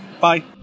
Bye